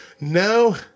No